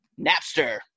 Napster